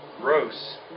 Gross